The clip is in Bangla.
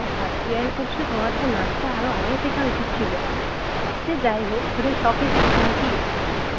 ফার্স্ট ইয়ারে পড়ছ তোমার তো নাচটা আরো আগে শেখা উচিত ছিল সে যাই হোক বোধ হয় শখে শিখছ নাকি